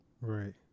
Right